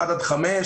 1 עד 5,